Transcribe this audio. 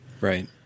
Right